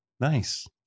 Nice